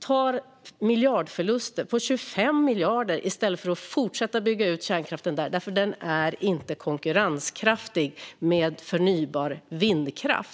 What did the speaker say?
tar nu miljardförluster på 25 miljarder i stället för att fortsätta att bygga ut kärnkraften, därför att den inte är konkurrenskraftig i förhållande till förnybar vindkraft.